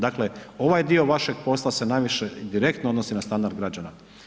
Dakle ovaj dio vašeg posla se najviše direktno odnosi na standard građana.